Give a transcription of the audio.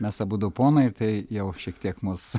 mes abudu ponai tai jau šiek tiek mus